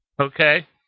okay